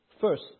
First